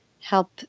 help